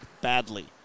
badly